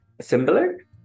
similar